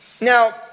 Now